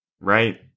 right